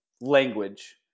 language